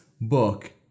book